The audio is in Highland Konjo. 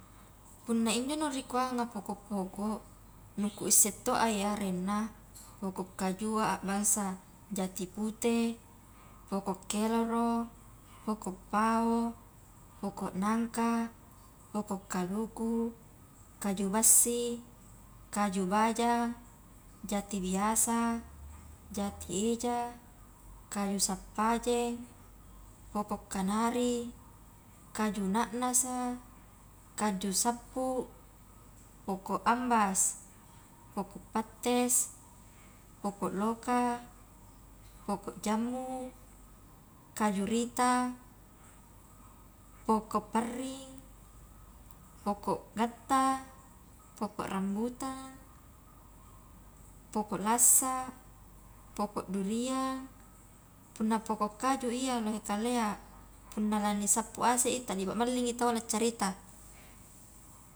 Punna injo ni kuanga poko-poko nu kuisse to iya arenna, pokok kajua abansa jati pute, poko keloro, poko pao, poko nangka, poko kaluku, kaju bassi, kaju bajang, jati biasa, jati eja, kayu sappajeng, poko kanari, kaju na nasa, kaju sappu, poko ambas, poko pattes, poko loka, poko jammu, kaju rita, poko parring, poko gatta, poko rambutan, poko lassa, poko durian, punna poko kaju iya lohe kalea, punnala lisappu asei talliwa mallingi tawwa la carita.